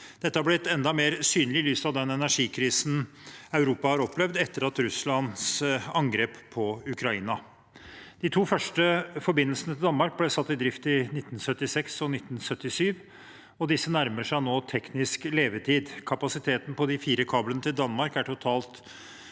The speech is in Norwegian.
Dette er blitt enda mer synlig i lys av den energikrisen Europa har opplevd etter Russlands angrep på Ukraina. De to første forbindelsene til Danmark ble satt i drift i 1976 og 1977, og disse nærmer seg nå teknisk levetid. Kapasiteten på de fire kablene til Danmark er på totalt